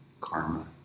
Karma